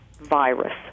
virus